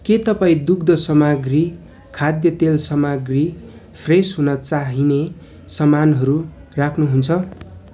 के तपाईँ दुग्ध सामग्री खाद्य तेल सामग्री फ्रेस हुन चाहिने सामानहरू राख्नु हुन्छ